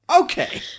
Okay